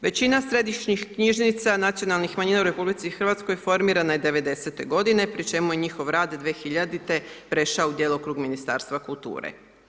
Većina središnjih knjižnica nacionalnih manjina u RH formirana je 90. godine pri čemu je njihov rad 2000. prešao u djelokrug Ministarstva kulture.